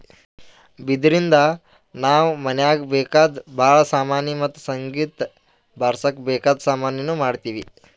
ಬಿದಿರಿನ್ದ ನಾವ್ ಮನೀಗ್ ಬೇಕಾದ್ ಭಾಳ್ ಸಾಮಾನಿ ಮತ್ತ್ ಸಂಗೀತ್ ಬಾರ್ಸಕ್ ಬೇಕಾದ್ ಸಾಮಾನಿನೂ ಮಾಡ್ತೀವಿ